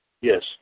Yes